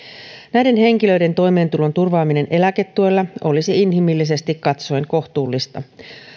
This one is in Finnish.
näiden henkilöiden toimeentulon turvaaminen eläketuella olisi inhimillisesti katsoen kohtuullista